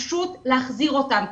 פשוט להחזיר אותם.